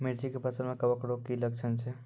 मिर्ची के फसल मे कवक रोग के की लक्छण छै?